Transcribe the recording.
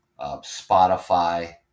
Spotify